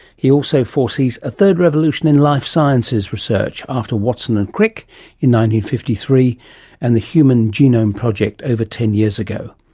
he also foresees a third revolution in life sciences research after watson and crick in fifty three and the human genome project over ten years ago.